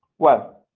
well,